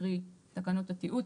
קרי תקנות התיעוד,